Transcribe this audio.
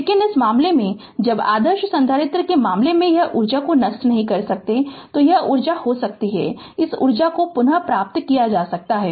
लेकिन इस मामले में जब आदर्श संधारित्र के मामले में यह ऊर्जा को नष्ट नहीं कर सकता है ऊर्जा हो सकती है इस ऊर्जा को पुनः प्राप्त किया जा सकता है